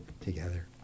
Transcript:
together